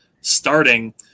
starting